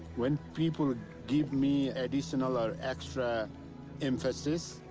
when people give me additional or extra emphasis,